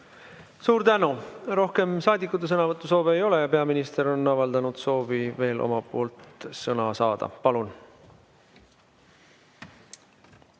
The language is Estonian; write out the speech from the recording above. Suur tänu! Rohkem saadikutel sõnavõtusoove ei ole. Peaminister on avaldanud soovi veel sõna saada. Palun!